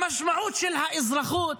למשמעות של האזרחות,